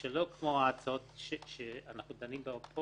ושלא כמו ההצעות שאנחנו דנים בהן פה